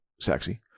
sexy